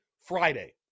Friday